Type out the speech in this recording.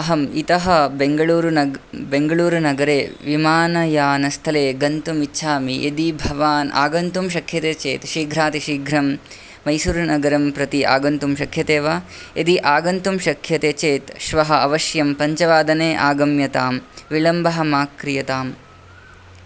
अहम् इतः बेङ्गलूरु नग् बेङ्गलूरुनगरे विमानयानस्थले गन्तुम् इच्छामि यदि भवान् आगन्तुं शक्यते चेत् शीघ्रातिशीघ्रं मैशुरुनगरं प्रति आगन्तुम् शक्यते वा यदि आगन्तुं शक्यते चेत् श्वः अवश्यं पञ्चवादने आगम्यताम् विलम्बः मा क्रियताम्